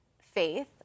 faith